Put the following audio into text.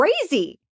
crazy